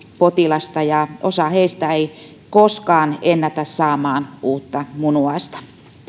potilasta ja osa heistä ei koskaan ennätä saamaan uutta munuaista